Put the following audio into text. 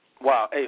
Wow